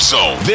Zone